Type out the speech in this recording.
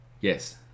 Yes